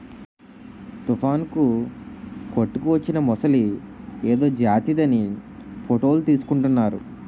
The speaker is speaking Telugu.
తుఫానుకు కొట్టుకువచ్చిన మొసలి ఏదో జాతిదని ఫోటోలు తీసుకుంటున్నారు